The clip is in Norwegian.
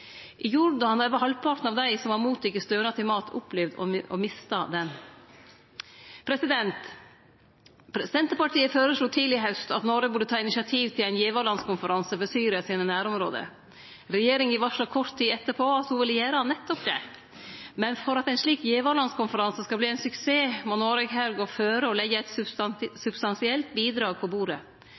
I Jordan har over halvparten av dei som har motteke stønad til mat, opplevd å miste han. Senterpartiet føreslo tidleg i haust at Noreg burde ta initiativ til ein givarlandskonferanse for Syria sine nærområde. Regjeringa varsla kort tid etterpå at ho ville gjere nettopp det. Men for at ein slik givarlandskonferanse skal verte ein suksess, må Noreg her gå føre og leggje eit substansielt bidrag på bordet.